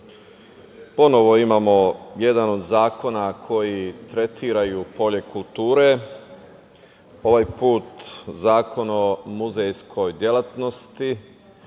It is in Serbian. ponovo imamo jedano od zakona koji tretiraju polje kulture, ovaj puta Zakon o muzejskoj delatnosti,